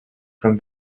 from